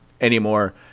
anymore